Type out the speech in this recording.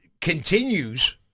continues